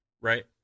right